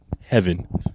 Heaven